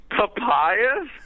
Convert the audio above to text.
Papayas